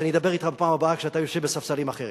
שאני אדבר אתך בפעם הבאה כשאתה יושב בספסלים אחרים?